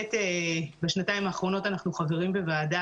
ובאמת בשנתיים האחרונות אנחנו חברים בוועדה